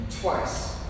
Twice